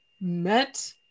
met